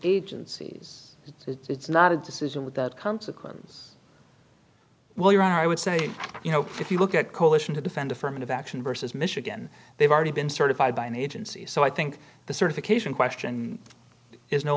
agencies it's not a decision without consequence well you are i would say you know if you look at coalition to defend affirmative action versus michigan they've already been certified by an agency so i think the certification question is no